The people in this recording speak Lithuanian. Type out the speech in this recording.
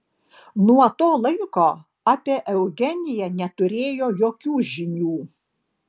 nuo to laiko apie eugeniją neturėjo jokių žinių